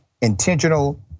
Intentional